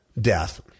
death